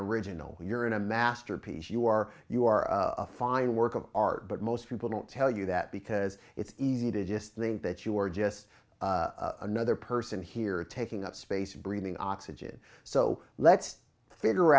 original you're in a masterpiece you are you are a fine work of art but most people don't tell you that because it's easy to just think that you're just another person here taking up space breathing oxygen so let's figure